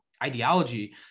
ideology